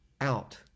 out